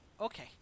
okay